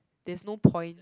there's no point